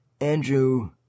Andrew